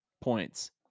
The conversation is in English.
points